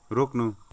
रोक्नु